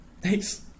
Thanks